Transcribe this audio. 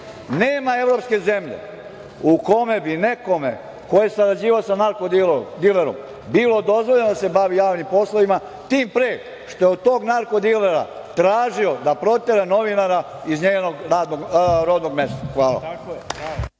Nema evropske zemlje u kojoj bi nekome ko je sarađivao sa narko dilerom bilo dozvoljeno da se bavi javnim poslovima, tim pre što je od tog narko dilera tražio da protera novinara iz njenog rodnog mesta. Hvala.